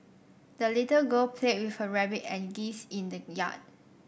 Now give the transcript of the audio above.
the little girl played with her rabbit and geese in the yard